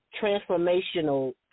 transformational